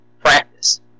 practice